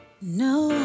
No